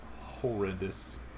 horrendous